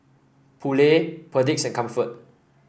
Ppoulet Perdix and Comfort